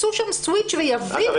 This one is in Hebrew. אגב,